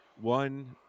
one